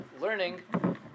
learning